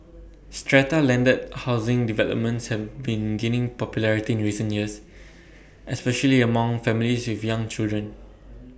strata landed housing developments have been gaining popularity in recent years especially among families with young children